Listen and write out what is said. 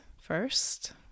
first